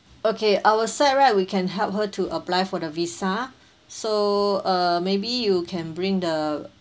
okay our side right we can help her to apply for the visa so uh maybe you can bring the